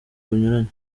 bunyuranye